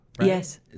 yes